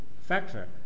factor